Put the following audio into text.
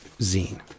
zine